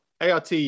ART